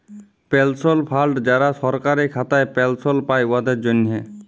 পেলশল fund যারা সরকারি খাতায় পেলশল পায়, উয়াদের জ্যনহে